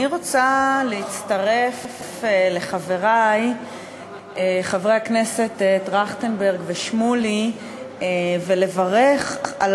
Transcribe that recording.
אני רוצה להצטרף לחברי חברי הכנסת טרכטנברג ושמולי ולברך על